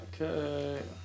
Okay